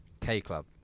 K-Club